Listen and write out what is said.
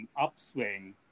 upswing